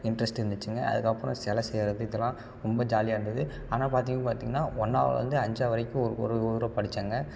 interest இருந்துச்சிங்க அதுக்கப்புறம் சில செய்கிறது இதலாம் ரொம்ப ஜாலியாக இருந்தது ஆனால் பார்த்திங் பார்த்தீங்கன்னா ஒன்றாவதுலருந்து அஞ்சாவது வரைக்கும் ஒரு ஒரு ஊரில் படித்தேங்க